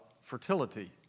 fertility